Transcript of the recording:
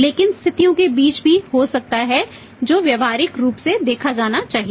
लेकिन स्थितियों के बीच भी हो सकता है जो व्यावहारिक रूप से देखा जाना चाहिए